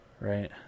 Right